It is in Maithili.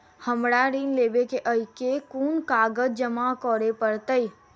हमरा ऋण लेबै केँ अई केँ कुन कागज जमा करे पड़तै?